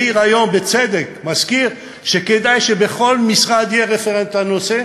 מאיר היום בצדק מזכיר שכדאי שבכל משרד יהיה רפרנט לנושא,